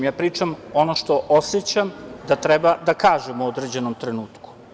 Ja pričam ono što osećam da treba da kažem u određenom trenutku.